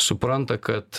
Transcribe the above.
supranta kad